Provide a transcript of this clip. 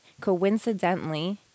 coincidentally